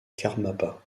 karmapa